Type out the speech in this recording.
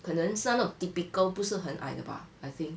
可能是那种 typical 不是很矮的 bah I think